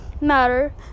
matter